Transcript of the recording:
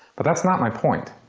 but, that's not my point.